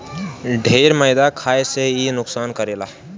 ढेर मैदा खाए से इ नुकसानो करेला